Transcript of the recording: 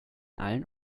allen